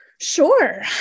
Sure